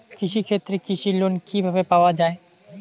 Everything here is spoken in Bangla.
কৃষি ক্ষেত্রে কৃষি লোন কিভাবে পাওয়া য়ায়?